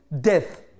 death